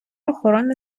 охорона